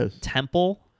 temple